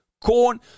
Corn